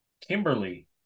kimberly